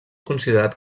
considerat